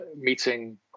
meeting